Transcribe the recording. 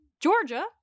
georgia